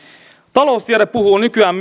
taloustiede puhuu nykyään